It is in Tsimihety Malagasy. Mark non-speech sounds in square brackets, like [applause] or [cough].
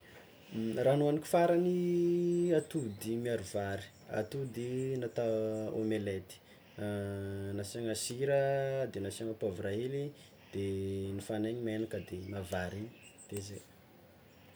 [hesitation] Raha nohaniko farany atody miaro vary, atody nata omelety, [hesitation] nasiagna sira de nasiagna poavra hely, de nifagnaigny menaky de navarigny de zay.